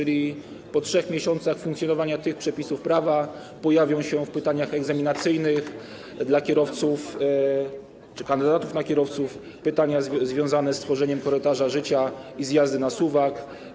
A więc po 3 miesiącach funkcjonowania tych przepisów prawa pojawią się w pytaniach egzaminacyjnych dla kierowców czy kandydatów na kierowców pytania związane z tworzeniem korytarza życia i jazdą na suwak.